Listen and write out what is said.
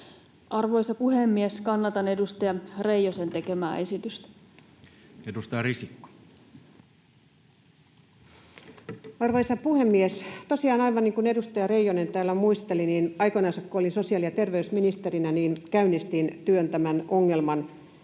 Arvoisa puhemies! Kannatan edustaja Reijosen tekemää esitystä. Edustaja Risikko. Arvoisa puhemies! Tosiaan, aivan niin kuin edustaja Reijonen täällä muisteli, aikoinansa kun olin sosiaali- ja terveysministerinä, käynnistin työn tämän ongelman